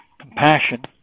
compassion